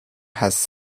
has